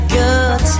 good